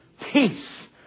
Peace